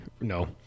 no